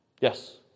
Yes